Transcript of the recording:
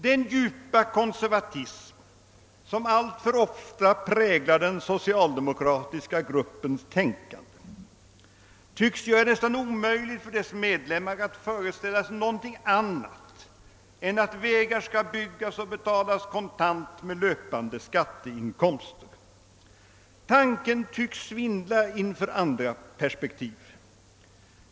Den djupa konservatism, som alltför ofta präglar den socialdemokratiska gruppens tänkande, tycks göra det omöjligt för dess medlemmar att föreställa sig någonting annat än att vägar skall byggas och betalas kontant med löpande skatteinkomster. Tanken tycks svindla inför andra perspektiv.